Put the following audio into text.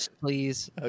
Please